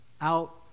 out